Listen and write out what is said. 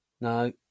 no